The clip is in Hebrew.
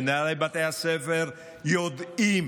מנהלי בתי הספר יודעים